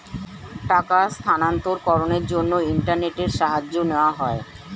টাকার স্থানান্তরকরণের জন্য ইন্টারনেটের সাহায্য নেওয়া হয়